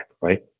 right